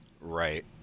Right